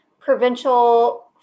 provincial